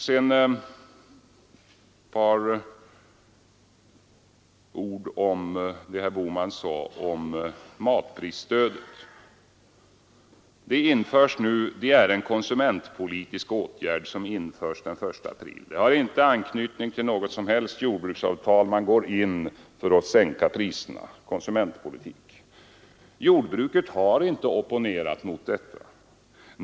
Sedan ett par ord till herr Bohman om matprisstödet. Det är en konsumentpolitisk åtgärd som införs den 1 april. Det har inte anknytning till något jordbruksavtal. Det är konsumentpolitik — man går in för att sänka priserna. Jordbruket har inte opponerat sig mot detta.